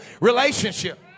relationship